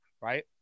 right